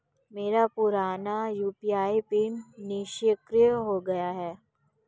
मेरा पुराना UPI PIN निष्क्रिय हो गया है